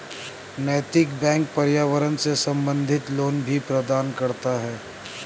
नैतिक बैंक पर्यावरण से संबंधित लोन भी प्रदान करता है